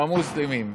המוסלמים,